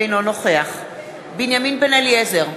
אינו נוכח בנימין בן-אליעזר,